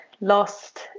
lost